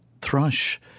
thrush